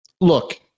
look